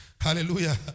Hallelujah